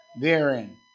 therein